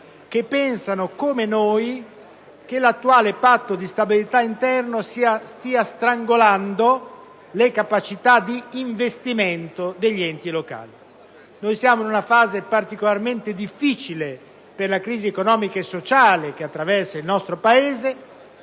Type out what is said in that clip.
che pensano come noi che l'attuale patto di stabilità interno stia strangolando le capacità di investimento degli enti locali. Siamo in una fase particolarmente difficile della crisi economica e sociale che attraversa il nostro Paese.